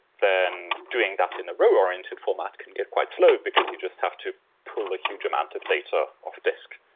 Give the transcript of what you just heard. then doing that in a row-oriented format can get quite slow because you just have to pull a huge amount of data of disc,